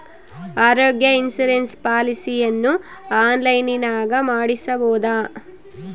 ಆರೋಗ್ಯ ಇನ್ಸುರೆನ್ಸ್ ಪಾಲಿಸಿಯನ್ನು ಆನ್ಲೈನಿನಾಗ ಮಾಡಿಸ್ಬೋದ?